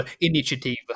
initiative